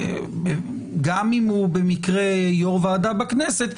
גם אם הוא במקרה יו"ר ועדה בכנסת,